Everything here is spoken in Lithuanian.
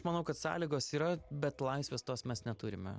manau kad sąlygos yra bet laisvės tos mes neturime